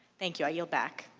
think you, i yield back.